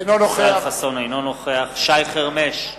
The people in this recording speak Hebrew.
אינו נוכח שי חרמש,